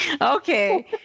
okay